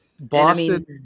Boston